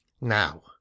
now